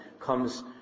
comes